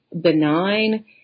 benign